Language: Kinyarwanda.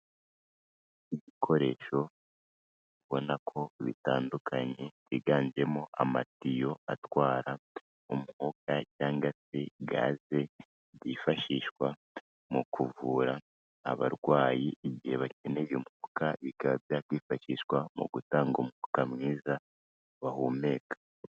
Ibikoresho ubonako bitandukanye biganjemo amatiyo atwara umwuka cyangwa se gaze, byifashishwa mu kuvura abarwayi igihe bakeneye umwuka, bikaba byakwifashishwa mu gutanga umwuka mwiza bahumeka.